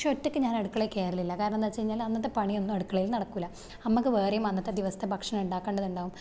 പക്ഷേ ഒറ്റക്ക് ഞാൻ അടുക്കളയിൽ കയറലില്ല കാരണം എന്ന് വച്ച് കഴിഞ്ഞാൽ അന്നത്തെ പണിയൊന്നും അടുക്കളയിൽ നടക്കൂല്ല അമ്മക്ക് വേറെയും അന്നത്തെ ദിവസത്തെ ഭക്ഷണം ഉണ്ടാക്കേണ്ടത് ഉണ്ടാവും